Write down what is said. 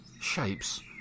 shapes